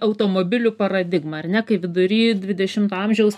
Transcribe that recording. automobilių paradigmą ar ne kai vidury dvidešimto amžiaus